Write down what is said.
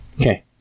Okay